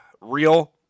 real